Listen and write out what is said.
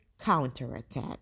counterattack